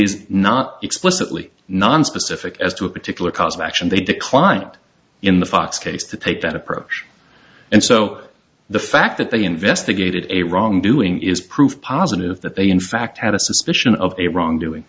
is not explicitly nonspecific as to a particular cause of action they declined in the fox case to take that approach and so the fact that they investigated a wrongdoing is proof positive that they in fact had a suspicion of a wrong doing